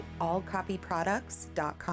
allcopyproducts.com